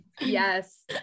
yes